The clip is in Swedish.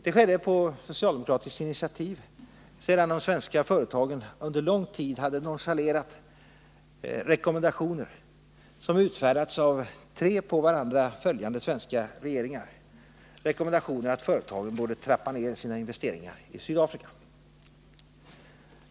Det skedde på socialdemokratiskt initiativ, sedan de svenska företagen under lång tid hade nonchalerat rekommendationer, som utfärdats av tre svenska regeringar efter varandra, att företagen borde trappa ner sina investeringar i Sydafrika.